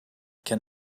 can